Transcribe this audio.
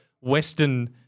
Western